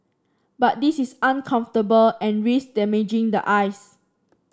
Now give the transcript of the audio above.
but this is uncomfortable and risk damaging the eyes